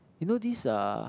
you know this uh